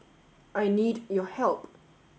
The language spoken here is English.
I need your help